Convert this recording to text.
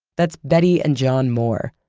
that's betty and john moore.